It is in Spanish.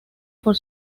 por